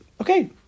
okay